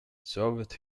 served